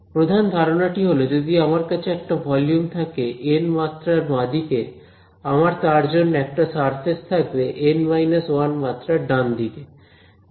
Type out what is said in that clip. প্রধান ধারণাটি হলো যদি আমার কাছে একটা ভলিউম থাকে N মাত্রার বাঁদিকে আমার তার জন্য একটা সারফেস থাকবে N 1 মাত্রার ডান দিকে